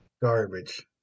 garbage